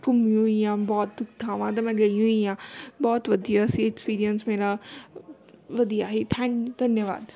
ਘੁੰਮੀ ਹੋਈ ਹਾਂ ਬਹੁਤ ਥਾਵਾਂ 'ਤੇ ਮੈਂ ਗਈ ਹੋਈ ਹਾਂ ਬਹੁਤ ਵਧੀਆ ਸੀ ਐਕਸਪੀਰੀਅੰਸ ਮੇਰਾ ਵਧੀਆ ਹੀ ਥੈਂਕ ਧੰਨਵਾਦ